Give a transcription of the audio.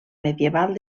medieval